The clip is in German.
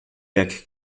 werk